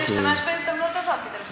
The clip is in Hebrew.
נשתמש בהזדמנות הזאת כדי לפחות לייצר תוכן.